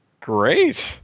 great